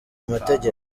amategeko